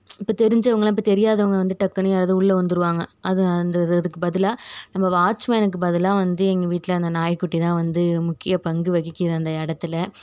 இப்போ தெரிஞ்சவங்கலாம் இப்போ தெரியாதாவங்க வந்து டக்கெனு யாராவது உள்ளே வந்திருவாங்க அது அந்த இது அதுக்கு பதிலாக நம்ம வாட்ச்மேனுக்கு பதிலாக வந்து எங்கள் வீட்டில் அந்த நாய்க்குட்டி தான் வந்து முக்கிய பங்கு வகிக்கிறது அந்த இடத்துல